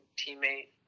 teammate